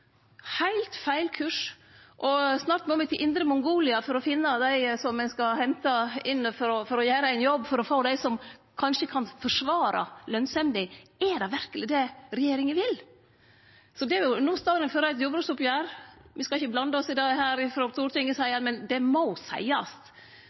Snart må me til Indre Mongolia for å finne og hente inn dei som skal gjere jobben, for å få dei som kanskje kan forsvare lønsemda. Er det verkeleg det regjeringa vil? Nå står ein framfor eit jordbruksoppgjer. Me skal ikkje blande oss i det her frå